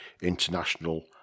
international